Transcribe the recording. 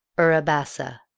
uribassa,